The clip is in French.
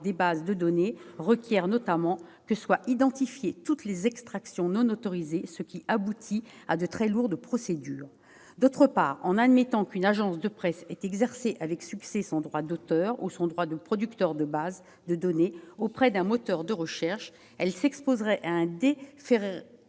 des bases de données requiert notamment que toutes les extractions non autorisées soient identifiées, ce qui aboutit à de très lourdes procédures. D'autre part, en admettant qu'une agence de presse ait exercé avec succès son droit d'auteur ou son droit de producteur de base de données auprès d'un moteur de recherche, elle s'exposerait à un déréférencement